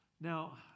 Now